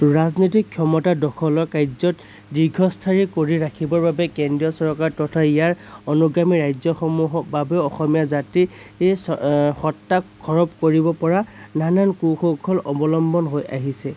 ৰাজনৈতিক ক্ষমতা দখলৰ কাৰ্যত দীৰ্ঘস্থায়ী কৰি ৰাখিবৰ বাবে কেন্দ্ৰীয় চৰকাৰ তথা ইয়াৰ অনুগামী ৰাজ্যসমূহক বাবেও অসমীয়া জাতিক সেই সত্বাক সৰৱ কৰিবপৰা নানান কু কৌশল অৱলম্বন হৈ আহিছে